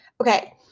Okay